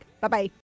Bye-bye